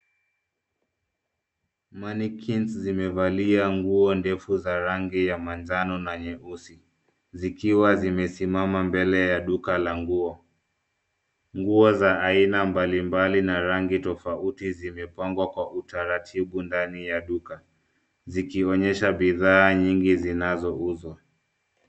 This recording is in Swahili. Mannequin zimevalia nguo ndefu za rangi ya manjano na nyeusi zikiwa zimesimama mbele ya duka la nguo. Nguo za aina mbalimbali na rangi tofauti zimepangwa kwa utaratibu ndani ya duka zikionyesha bidhaa nyingi zinazouzwa.